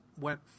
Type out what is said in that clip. went